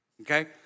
okay